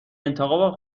انتخاب